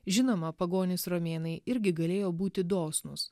žinoma pagonys romėnai irgi galėjo būti dosnūs